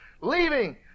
leaving